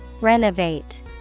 Renovate